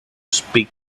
speak